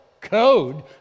code